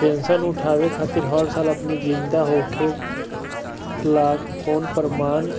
pension उठावे खातिर हर साल अपनी जिंदा होखला कअ प्रमाण